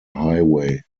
highway